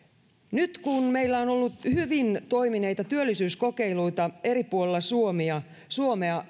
nyt kun meillä on ollut hyvin toimineita työllisyyskokeiluita eri puolilla suomea suomea